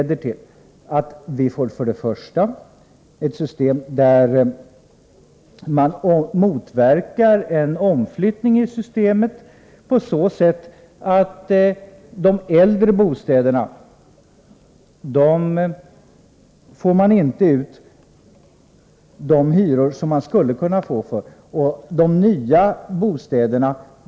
Detta leder för det första till att systemet motverkar en omflyttning i systemet. Man får nämligen inte ut de hyror som man skulle kunna få ut för de äldre bostäderna.